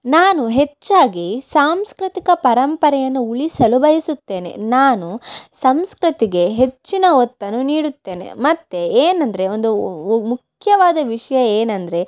ನಾನು ಹೆಚ್ಚಾಗಿ ಸಾಂಸ್ಕೃತಿಕ ಪರಂಪರೆಯನ್ನು ಉಳಿಸಲು ಬಯಸುತ್ತೇನೆ ನಾನು ಸಂಸ್ಕೃತಿಗೆ ಹೆಚ್ಚಿನ ಒತ್ತನ್ನು ನೀಡುತ್ತೇನೆ ಮತ್ತು ಏನಂದರೆ ಒಂದು ಮುಖ್ಯವಾದ ವಿಷಯ ಏನಂದರೆ